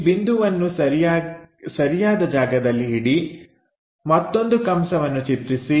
ಈ ಬಿಂದುವನ್ನು ಸರಿಯಾದ ಜಾಗದಲ್ಲಿ ಇಡಿ ಮತ್ತೊಂದು ಕಂಸವನ್ನು ಚಿತ್ರಿಸಿ